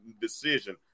decision